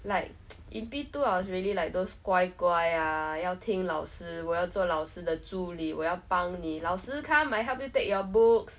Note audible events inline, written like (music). like (noise) in P_two I was really like those 乖乖啊要听老师我要做老师的助理我要帮你老师 come I help you take your books